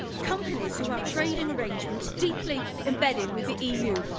companies who have trading arrangements deeply embedded with the eu,